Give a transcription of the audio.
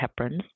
heparins